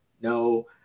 no